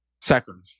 Second